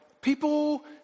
People